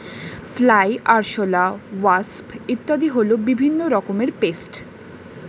fly, আরশোলা, wasp ইত্যাদি হল বিভিন্ন রকমের পেস্ট